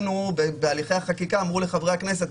בהליכי החקיקה, אמרו לחברי הכנסת: